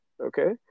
okay